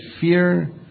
fear